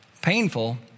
painful